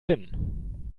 hin